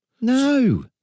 No